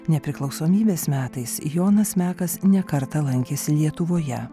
nepriklausomybės metais jonas mekas ne kartą lankėsi lietuvoje